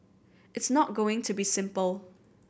it's not going to be simple